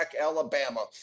Alabama